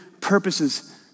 purposes